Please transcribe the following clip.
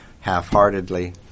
half-heartedly